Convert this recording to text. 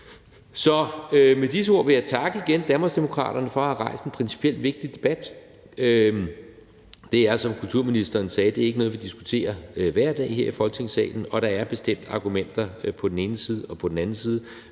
Så med disse ord vil jeg igen takke Danmarksdemokraterne for at have rejst en principielt vigtig debat. Det er, som kulturministeren sagde, ikke noget, vi diskuterer hver dag her i Folketingssalen, og der er bestemt argumenter på den ene side og på den anden side,